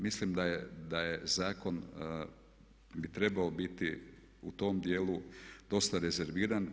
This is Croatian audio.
Mislim da je zakon bi trebao biti u tom djelu dosta rezerviran.